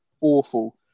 awful